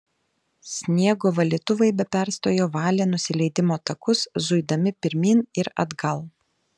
sniego valytuvai be perstojo valė nusileidimo takus zuidami pirmyn ir atgal